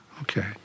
okay